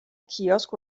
kiosk